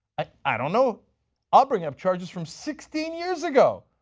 ah i'll you know ah bring up charges from sixteen years ago.